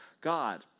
God